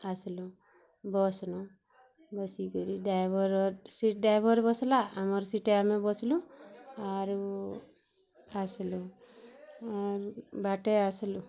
ଆସିଲୁ ବସନୁ ବସି କରି ଡ଼ାଇବର୍ର ସିଟ୍ ଡ଼ାଇବର୍ ବସିଲା ଆମର ସିଟ୍ରେ ଆମେ ବସିଲୁ ଆରୁ ଆସିଲୁ ଆରୁ ବାଟେ ଆସିଲୁ